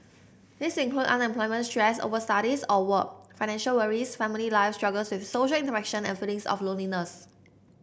these include unemployment stress over studies or work financial worries family life struggles with social interaction and feelings of loneliness